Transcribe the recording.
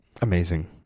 Amazing